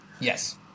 yes